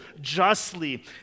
justly